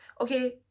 okay